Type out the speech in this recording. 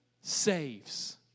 saves